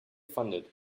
funded